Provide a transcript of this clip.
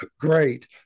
great